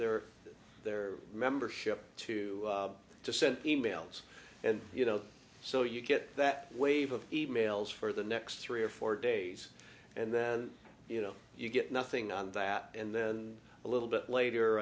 or their membership to to send e mails and you know so you get that wave of e mails for the next three or four days and then you know you get nothing on that and then a little bit later